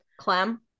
Clem